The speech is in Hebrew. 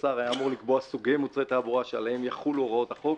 השר היה אמור לקבוע סוגי מוצרי תעבורה שעליהם יחולו הוראות החוק,